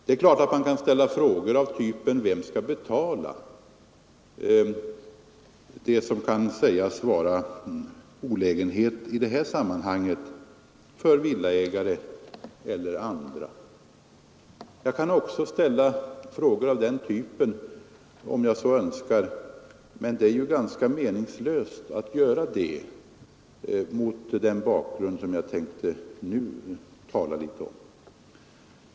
Det är klart att man kan ställa frågor av typen: Vem skall betala det som kan sägas vara olägenhet i det här sammanhanget för villaägare eller andra? Jag kan också ställa frågor av den typen, om jag så önskar, men det är ganska meningslöst att göra det mot den bakgrund som jag tänkte tala litet om.